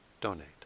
donate